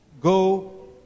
go